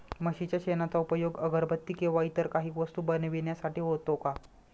म्हशीच्या शेणाचा उपयोग अगरबत्ती किंवा इतर काही वस्तू बनविण्यासाठी होतो का?